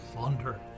Thunder